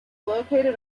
located